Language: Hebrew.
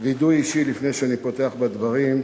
וידוי אישי, לפני שאני פותח בדברים: